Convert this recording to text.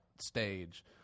stage